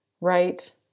right